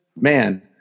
man